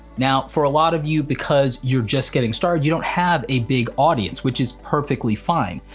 now for a lot of you because you're just getting started, you don't have a big audience, which is perfectly fine,